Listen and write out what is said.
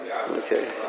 Okay